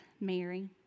Mary